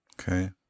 Okay